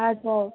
हजुर